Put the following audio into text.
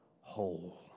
Whole